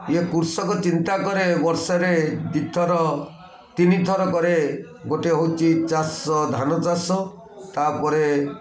ୟେ କୃଷକ ଚିନ୍ତା କରେ ବର୍ଷାରେ ଦୁଇଥର ତିନିଥର କରେ ଗୋଟେ ହଉଛି ଚାଷ ଧାନ ଚାଷ ତାପରେ